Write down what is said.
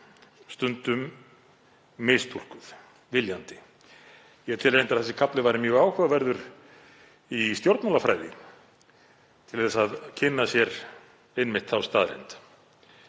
stundum mistúlkuð viljandi. Ég tel reyndar að þessi kafli væri mjög áhugaverður í stjórnmálafræði til að kynna sér einmitt þá staðreynd.